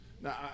Now